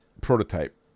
prototype